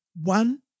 One